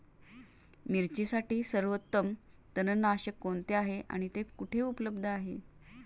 मिरचीसाठी सर्वोत्तम तणनाशक कोणते आहे आणि ते कुठे उपलब्ध आहे?